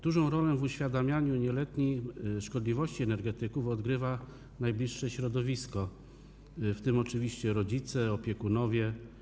Dużą rolę w uświadamianiu nieletnim szkodliwości energetyków odgrywa najbliższe środowisko, w tym oczywiście rodzice, opiekunowie.